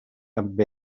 amb